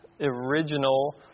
original